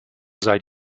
seit